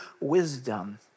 wisdom